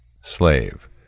Slave